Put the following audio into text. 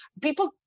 people